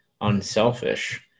unselfish